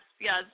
yes